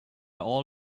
all